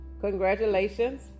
Congratulations